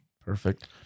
Perfect